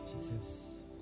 Jesus